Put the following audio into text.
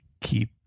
keep